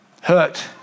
Hurt